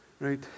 right